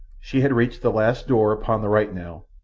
she had reached the last door upon the right now,